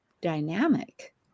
dynamic